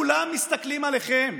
כולם מסתכלים עליכם.